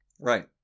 Right